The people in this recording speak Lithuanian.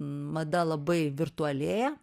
mada labai virtualėja